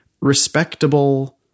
respectable